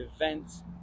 events